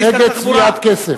נגד צביעת כסף.